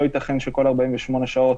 לא ייתכן שכל 48 שעות